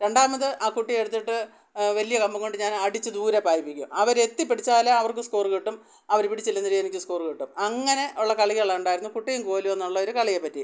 രണ്ടാമത് ആ കുട്ടി എടുത്തിട്ട് വലിയ കമ്പുംകൊണ്ട് ഞാൻ അടിച്ചു ദൂരെ പായിപ്പിക്കും അവരെത്തി പിടിച്ചാൽ അവർക്ക് സ്കോറ് കിട്ടും അവർ പിടിച്ചില്ലെന്ന് ഇരുന്നെങ്കിൽ എനിക്ക് സ്കോറ് കിട്ടും അങ്ങനെ ഉള്ള കളികളുണ്ടായിരുന്നു കുട്ടിയും കോലും എന്നുള്ളൊരു കളിയെപ്പറ്റി